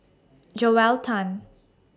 Joel Tan